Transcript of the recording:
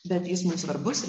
bet jis mums svarbus